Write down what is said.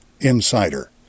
insider